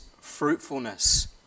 fruitfulness